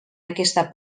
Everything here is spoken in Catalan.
aquesta